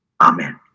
Amen